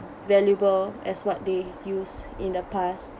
valuable as what they used in the past